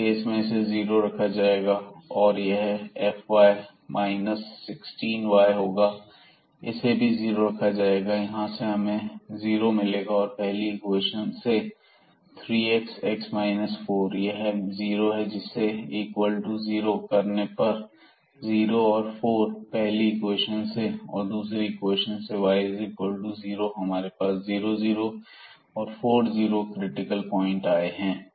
इस केस में इसे जीरो रखा जाएगा और यह fy 16 yहोगा इसे भी जीरो लिखा जाएगा यहां से हमें जीरो मिलेगा और पहली इक्वेशन से 3x यह जीरो है जिससे x इक्वल टू 0 और 4 पहली इक्वेशन से और दूसरी इक्वेशन से y इक्वल टू जीरो तो हमारे पास 00 और 40 क्रिटिकल पॉइंट हैं